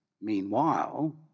Meanwhile